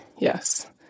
Yes